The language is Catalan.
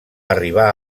arribar